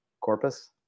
Corpus